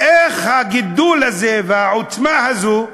איך אנחנו נעצור את הגידול הזה והעוצמה הזאת?